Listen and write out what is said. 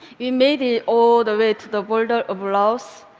we made it all the way to the border of laos.